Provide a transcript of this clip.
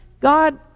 God